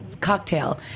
cocktail